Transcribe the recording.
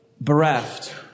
bereft